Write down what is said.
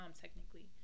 technically